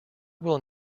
will